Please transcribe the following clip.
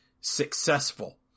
successful